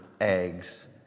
eggs